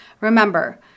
Remember